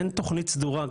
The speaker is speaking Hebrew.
אין תוכנית סדורה,